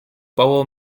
bauer